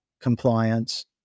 compliance